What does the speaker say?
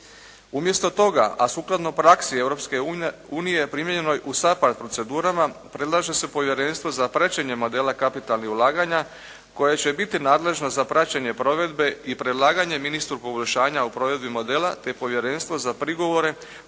Umjesto toga, a sukladno praksi Europske unije primjenjenoj u SAPARD procedurama predlaže se povjerenstvo za praćenje modela kapitalnih ulaganja koje će biti nadležno za praćenje provedbe i predlaganje ministru …/Govornik se ne razumije./… o provedbi modela te povjerenstvo za prigovore